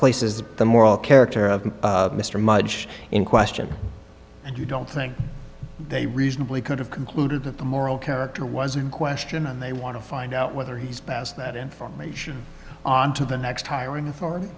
places the moral character of mr mudge in question and you don't think they reasonably could have concluded that the moral character was in question and they want to find out whether he's passed that information on to the next hiring